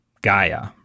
Gaia